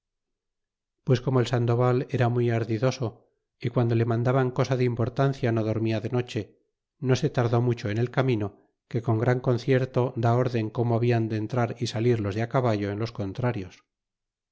pues como el sandoval era muy ardidoso y guando le mandaban cosa de importancia no dormia de noche no se tardó mucho en el camino que con gran concierto da órden como habian de entrar y salir los de caballo en los contrarios